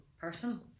person